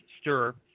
Stir